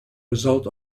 result